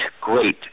great